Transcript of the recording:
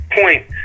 point